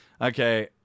okay